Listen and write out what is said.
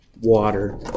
water